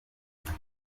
peter